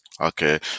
Okay